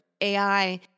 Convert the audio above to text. AI